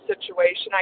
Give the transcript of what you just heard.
situation